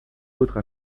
d’autre